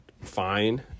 fine